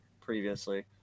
previously